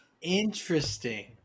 Interesting